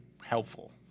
helpful